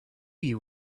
you